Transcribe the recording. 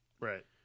Right